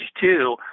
two